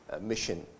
mission